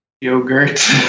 Yogurt